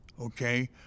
okay